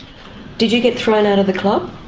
did you get thrown out of the club?